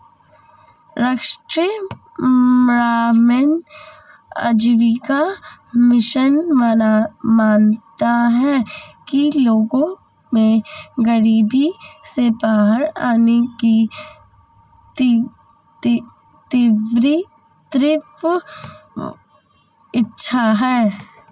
राष्ट्रीय ग्रामीण आजीविका मिशन मानता है कि लोगों में गरीबी से बाहर आने की तीव्र इच्छा है